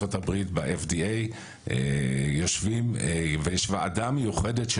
בארצות הברית ב-FDA יושבים ויש ועדה מיוחדת של